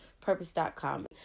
purpose.com